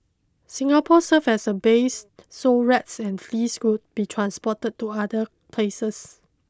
Singapore served as a base so rats and fleas could be transported to other places